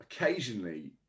Occasionally